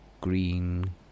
green